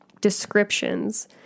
descriptions